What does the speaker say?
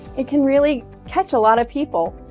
it can really catch a lot of people,